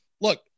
look